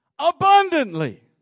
Abundantly